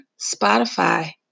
Spotify